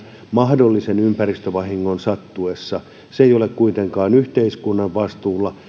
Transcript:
mahdollisen ympäristövahingon sattuessa se ei ole kuitenkaan yhteiskunnan vastuulla